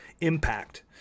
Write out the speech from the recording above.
impact